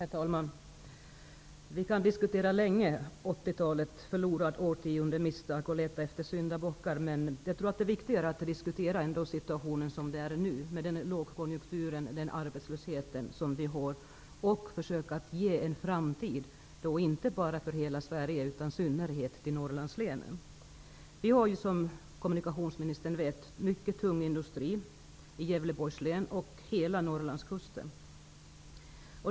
Herr talman! Vi kan länge diskutera 80-talet som ett förlorat årtionde eller gjorda misstag och leta efter syndabockar. Men det viktiga är ändå att diskutera dagens situation med lågkonjuktur och arbetslöshet och försöka att hitta en framtid, inte bara för hela Sverige utan också, och i synnerhet, för Norrlandslänen. Som kommunikationsministern vet finns det mycket tung industri i Gävleborgs län och utefter hela Norrlandskusten.